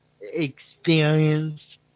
experience